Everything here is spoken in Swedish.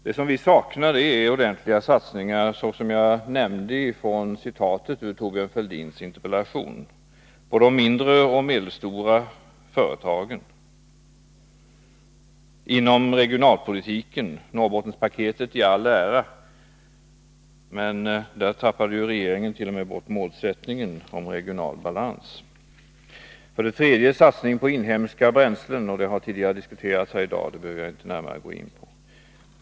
Det vi saknar är ordentliga satsningar — jag citerade förut från Thorbjörn Fälldins interpellation — på de mindre och medelstora företagen och inom regionalpolitiken. Norrbottenspaketet i all ära, men där tappade regeringen t.o.m. bort målsättningen om regional balans. Vi saknar vidare satsningar på inhemska bränslen. Det har tidigare diskuterats här i dag, och jag behöver inte gå närmare in på det.